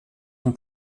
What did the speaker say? son